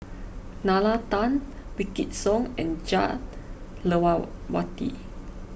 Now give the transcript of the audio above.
Nalla Tan Wykidd Song and Jah Lelawati